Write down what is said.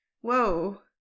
Whoa